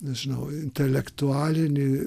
nežinau intelektualinį